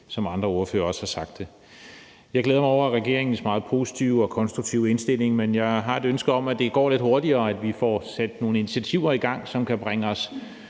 som andre ordførere også har sagt. Jeg glæder mig over regeringens meget positive og konstruktive indstilling, men jeg har et ønske om, at det går lidt hurtigere, og at vi får sat nogle initiativer i gang, som kan bringe os